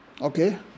Okay